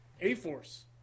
A-Force